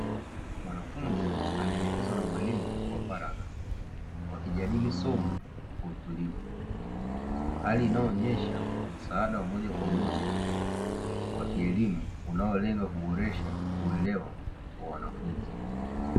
Mwanafunzi anaelekezwa na mwalimu kwa faragha wakijadili somo kwa utulivu , hali inayoonesha msaada wa moja kwa moja wa kielimu unaolenga kuboresha uelewa wa wanafunzi .